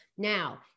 Now